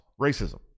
Racism